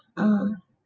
uh